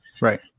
Right